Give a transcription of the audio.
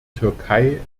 türkei